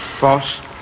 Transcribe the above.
Boss